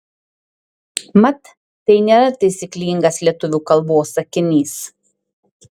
mat tai nėra taisyklingas lietuvių kalbos sakinys